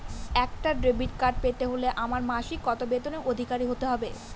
একটা debit card পেতে হলে আমার মাসিক কত বেতনের অধিকারি হতে হবে?